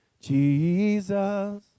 Jesus